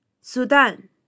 Sudan